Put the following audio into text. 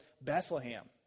Bethlehem